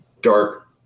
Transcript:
dark